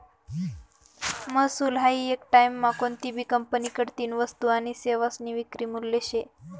महसूल हायी येक टाईममा कोनतीभी कंपनीकडतीन वस्तू आनी सेवासनी विक्री मूल्य शे